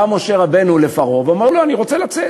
בא משה רבנו לפרעה ואומר לו: אני רוצה לצאת.